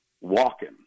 walking